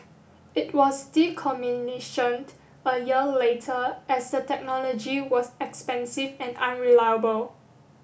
it was decommissioned a year later as the technology was expensive and unreliable